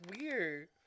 weird